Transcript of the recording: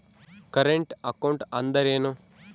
Current account ಅಂದರೇನು?